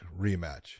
rematch